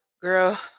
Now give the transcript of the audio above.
girl